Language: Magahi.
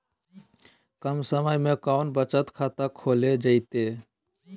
कम समय में कौन बचत खाता खोले जयते?